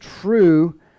true